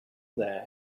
there